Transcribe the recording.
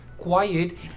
Quiet